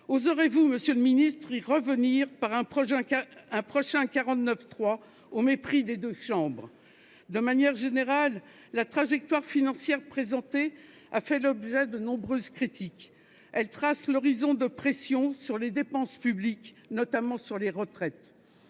Oserez-vous y revenir par un prochain 49.3, au mépris des deux chambres ? De manière générale, la trajectoire financière présentée a fait l'objet de nombreuses critiques. Elle trace l'horizon de pressions sur les dépenses publiques, notamment sur les retraites.